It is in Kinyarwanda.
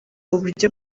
uburyo